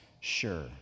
sure